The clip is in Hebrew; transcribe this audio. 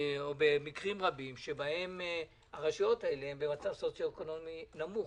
ובעיקר במקרים רבים שבהם הרשויות האלה נמצאות במצב סוציו-אקונומי נמוך.